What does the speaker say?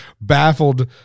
baffled